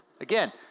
Again